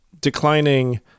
declining